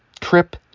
trip